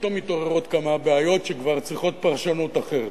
פתאום מתעוררות בעיות שכבר צריכות פרשנות אחרת,